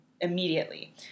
immediately